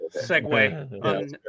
segue